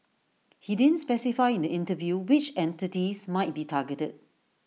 he didn't specify in the interview which entities might be targeted